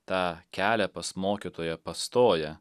tą kelią pas mokytoją pastoja